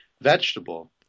vegetable